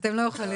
אתם לא יכולים.